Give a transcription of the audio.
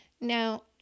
Now